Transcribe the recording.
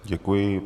Děkuji.